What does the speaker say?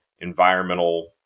environmental